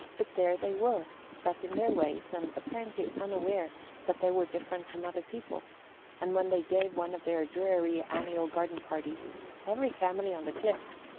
but there they were, set in their ways, and apparently unaware that they were different from other people and when they gave one of their dreary annual garden-parties every family on the cliffs,